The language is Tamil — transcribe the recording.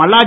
மல்லாடி